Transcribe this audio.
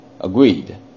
Agreed